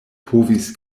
povis